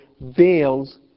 veils